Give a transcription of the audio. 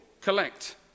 collect